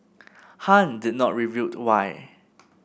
Han did not reveal why